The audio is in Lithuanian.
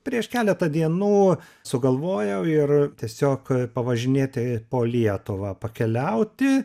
prieš keletą dienų sugalvojau ir tiesiog pavažinėti po lietuvą pakeliauti